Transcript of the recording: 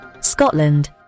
Scotland